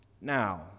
Now